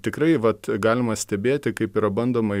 tikrai vat galima stebėti kaip yra bandoma